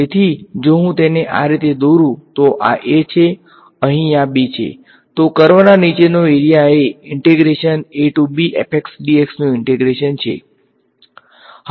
તેથી જો હું તેને આ રીતે દોરું જો આ a છે અને આ અહીં b છે તો આ કર્વના નિચેનો એરીયા એ નુ ઈંટેગ્રેશન છે